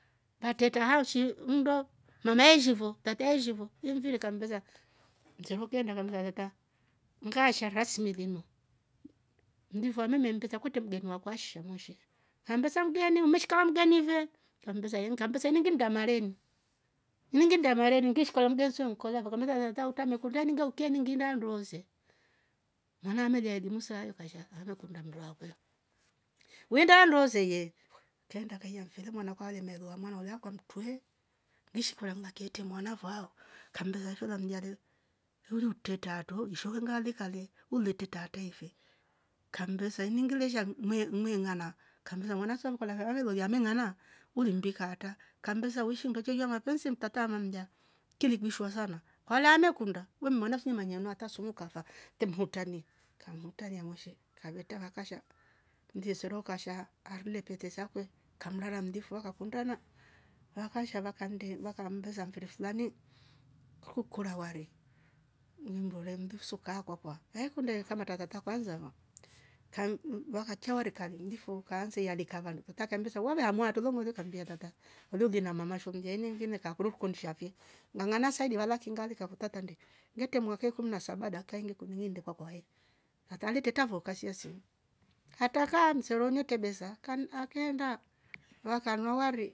Vateka haoshi mndo mama eishivo tateaishivo ni mvirika kamvesa mtimoklia ndava mzaveta mkasha rasmi linyu mdivua meme mpeta kwete mbenua kwasha monshe ambasam mgene umeshika ooh mgenive kambeza ye kambeza ingndama leni ningdama leni ngishkolo mgneso nkolia kakometale utaota mekundina ninge utia ningndanduose mwana amelia elimu saoyo kasha amekunda mruangwe. wenda ndozeye kaenda kaiya mfire mwana kwa alemloa mwana olia kwa mtewe nishkuranga kete mwana vao kamndueshwa shwe lamlia le huruteta tulolishwanga le kale uletirte yefe kambesa iningilesha mnuei mnuei mnueingana kambeza mwana shonkola amelolia mengana ulimbikarta kambesa wooshi ndocha iya mapensi mtata mamja. kinigiushwa sana kwalame kunda wemmana sumanyanatwa sulu kafa temhurtani kamhutani amoshe karweta vakasha mdie soro kasha ha arrule pete sakwe kamla mlamdhifua wakakundana vakasha vakande vakmmbesa mfiri flani kukora wale nimndore mndufu soka kwakwa na iikunde kama atatadha kwanza kam mm vakachoure rekanillifu ukaanze yale kavaan kutaka mbisha woga amua tulumudhu kambia artata ulolie na mama shombia inemvineka kurukundi shavie nangana saidiwa walakingale kavotata nde ngete mwaka kum na saba dakka innge kuni nyindekwa kwahe hatale tetavo kasia simu hata ka msoro nyotwe besa kan akeenda wakanua wari.